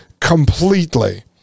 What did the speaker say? completely